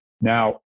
Now